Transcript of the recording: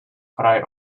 cry